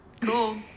Cool